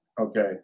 okay